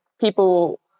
people